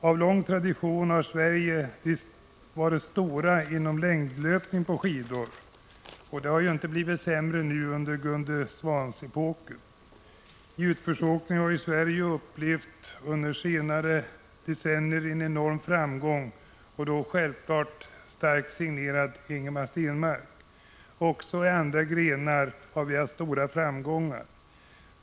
Av lång tradition har Sverige varit starkt inom längdlöpning på skidor, och det har inte blivit sämre under Gunde Svans epok. I utförsåkning har Sverige under senare decennier upplevt en enorm framgång, självfallet starkt signerad Ingemar Stenmark. Också i andra grenar har vi haft stora framgångar.